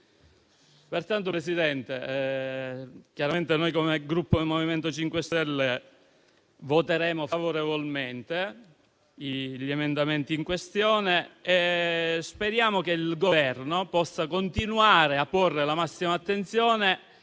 Pertanto, Presidente, come Gruppo MoVimento 5 Stelle, voteremo a favore degli emendamenti in questione, auspicando che il Governo possa continuare a porre la massima attenzione